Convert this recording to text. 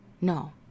No